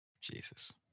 Jesus